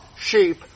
sheep